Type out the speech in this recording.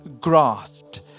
grasped